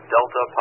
Delta